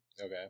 Okay